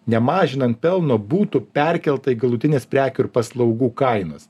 nemažinant pelno būtų perkelta į galutines prekių ir paslaugų kainas